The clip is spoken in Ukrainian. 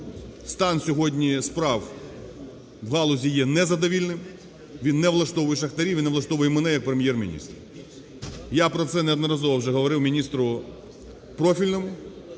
стан сьогодні справ у галузі є незадовільним, він не влаштовує шахтарів і не влаштовує мене як Прем’єр-міністра. Я про це неодноразово вже говорив міністру профільному,